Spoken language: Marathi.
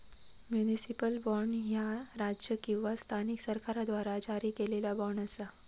म्युनिसिपल बॉण्ड, ह्या राज्य किंवा स्थानिक सरकाराद्वारा जारी केलेला बॉण्ड असा